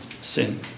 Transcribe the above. sin